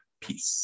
peace